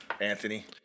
Anthony